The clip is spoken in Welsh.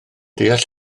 deall